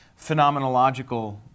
phenomenological